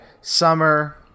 Summer